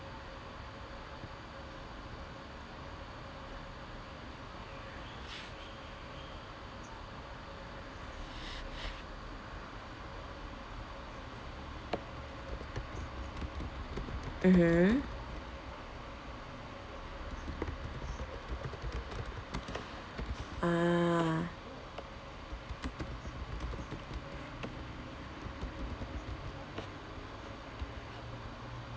mmhmm ah